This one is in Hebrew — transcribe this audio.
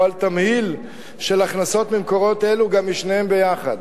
או על תמהיל של הכנסות ממקורות אלה גם יחד.